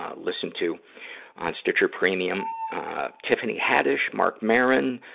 ah, listen to on stitcher premium, ah tiffany haddish, marc maron,